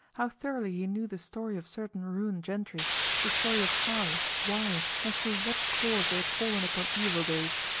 how thoroughly he knew the story of certain ruined gentry the story of how, why, and through what cause they had fallen upon evil days!